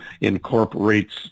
incorporates